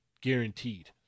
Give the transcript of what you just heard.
guaranteed